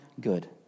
good